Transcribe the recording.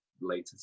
later